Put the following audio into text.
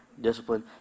discipline